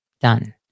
Done